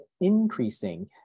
increasing